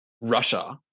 Russia